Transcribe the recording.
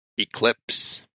Eclipse